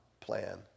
plan